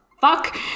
fuck